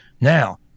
Now